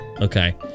Okay